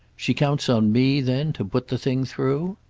she counts on me then to put the thing through?